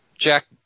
Jack